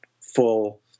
full